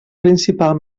principal